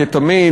כתמיד,